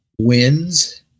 wins